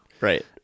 Right